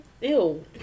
Ew